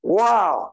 wow